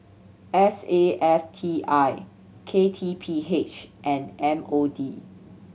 S A F T I K T P H and M O D